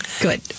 Good